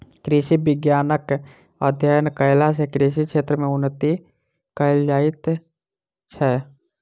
कृषि विज्ञानक अध्ययन कयला सॅ कृषि क्षेत्र मे उन्नति कयल जाइत छै